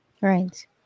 right